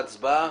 והצבעה.